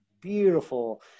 beautiful